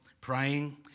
praying